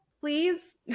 please